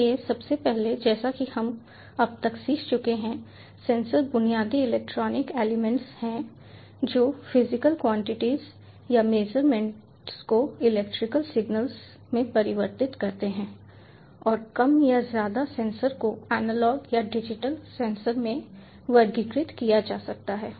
इसलिए सबसे पहले जैसा कि हम अब तक सीख चुके हैं सेंसर बुनियादी इलेक्ट्रॉनिक एलिमेंट्स हैं जो फिजिकल क्वांटिटीज या मेजरमेंट्स को इलेक्ट्रिकल सिगनल्स में परिवर्तित करते हैं और कम या ज्यादा सेंसर को एनालॉग या डिजिटल सेंसर में वर्गीकृत किया जा सकता है